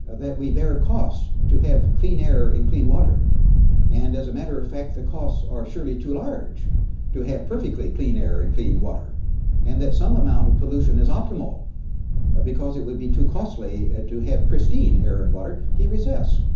ah that we bare costs to have clean air and clean water and as a matter of fact the costs are surely too large to have perfectly clean air and clean water and that some amount of pollution is optimal ah because it would be too costly ah to have pristine air and water, he resists.